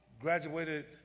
graduated